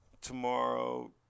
tomorrow